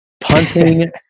Punting